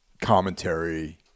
commentary